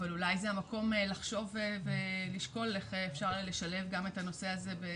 אבל אולי זה המקום לשקול ולחשוב איך אפשר לשלב גם את הנושא הזה.